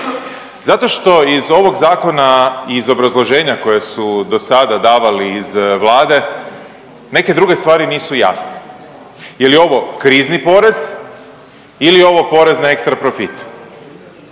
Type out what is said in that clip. zato što iz ovog zakona iz obrazloženja koje su do sada davali iz Vlade, neke druge stvari nisu jasne. Je li ovo krizni porez ili je ovo porez na ekstra profit?